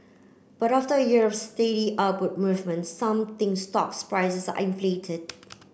but after a year of steady upward movement some think stocks prices are inflated